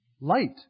light